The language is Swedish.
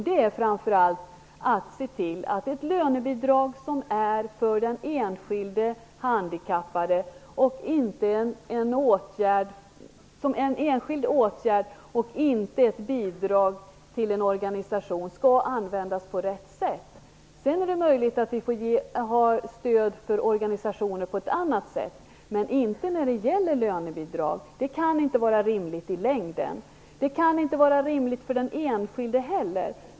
Det gör vi framför allt genom att se till att lönebidragen används på rätt sätt. Lönebidrag är en enskild åtgärd för den handikappade och inte ett bidrag till en organisation. Sedan är det möjligt att vi får ge stöd till organisationer på annat sätt. Men vi skall inte göra det genom lönebidrag. Det kan inte vara rimligt i längden, inte för den enskilde heller.